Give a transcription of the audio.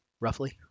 Roughly